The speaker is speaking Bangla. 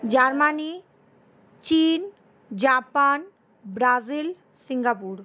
জার্মানি চীন জাপান ব্রাজিল সিঙ্গাপুর